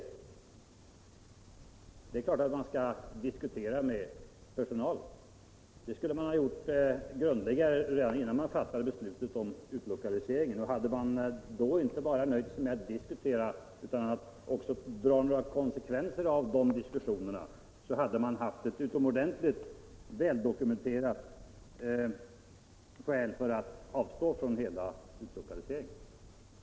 Det är klart att man skall diskutera med personalen. Det skulle man ha gjort grundligare redan innan man fattade beslutet om utlokalisering. Hade man då inte bara nöjt sig med att diskutera utan också dragit några konsekvenser av de diskussionerna hade man haft ett utomordentligt starkt skäl att avstå från hela utlokaliseringen.